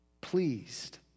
Pleased